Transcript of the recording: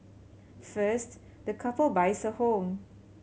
first the couple buys a home